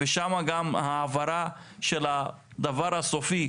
ושם גם ההעברה של הדבר הסופי,